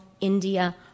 India